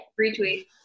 Retweet